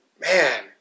man